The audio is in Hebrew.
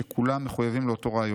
שכולם מחויבים לאותו רעיון.